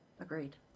agreed